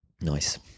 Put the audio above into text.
nice